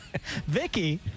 Vicky